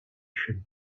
should